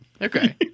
okay